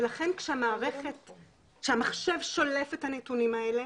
לכן כשהמחשב שולף את הנתונים האלה